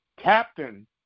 captain